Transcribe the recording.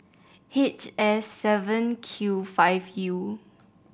H S seven Q five U